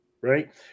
right